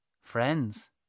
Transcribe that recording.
Friends